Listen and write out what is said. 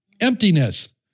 emptiness